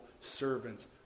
servants